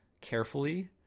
carefully